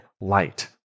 light